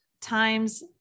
times